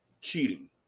cheating